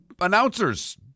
announcers